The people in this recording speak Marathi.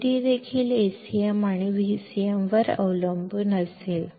Vd देखील Acm आणि Vcm वर अवलंबून असेल